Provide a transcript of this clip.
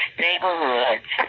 Neighborhoods